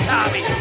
Tommy